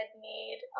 need